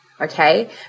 okay